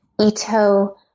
Ito